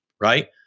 right